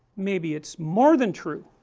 maybe it's more than true